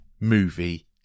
movie